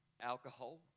alcohol